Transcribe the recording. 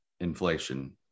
inflation